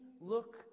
look